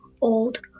old